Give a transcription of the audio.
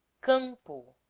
campo